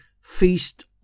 feast